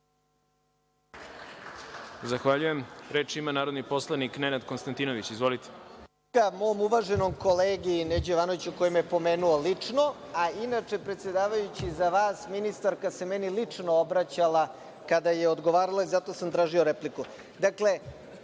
(Da.)Reč ima narodni poslanik Nenad Konstantinović. Izvolite.